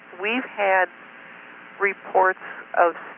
we've had reports of